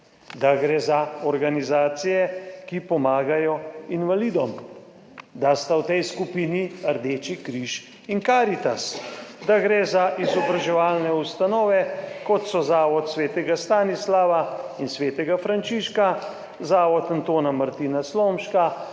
da gre za organizacije, ki pomagajo invalidom, da sta v tej skupini Rdeči križ in Karitas, da gre za izobraževalne ustanove, kot so Zavod svetega Stanislava in svetega Frančiška, Zavod Antona Martina Slomška,